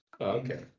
Okay